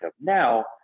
Now